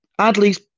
Adley's